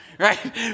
Right